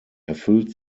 erfüllt